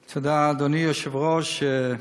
תודה, אדוני היושב-ראש,